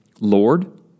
Lord